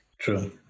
True